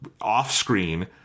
off-screen